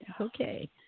Okay